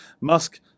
Musk